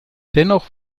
dennoch